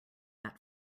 that